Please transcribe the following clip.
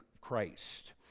Christ